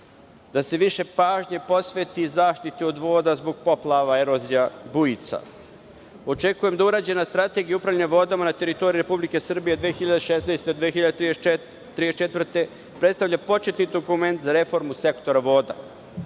da se više pažnje posveti zaštiti od voda zbog poplava, erozija, bujica. Očekujem da urađena strategija upravljanja vodama na teritoriji Republike Srbije 2016-2034. godine predstavlja početni dokument za reformu sektora voda.